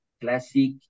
classic